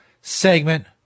segment